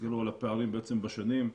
הפערים בשנים,